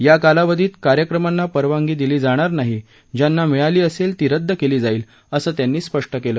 या कालावधीत कार्यक्रमांना परवानगी दिली जाणार नाही ज्यांना मिळाली असेल ती रद्द केली जाईल असं त्यांनी स्पष्ट केलं